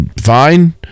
Fine